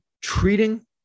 Treating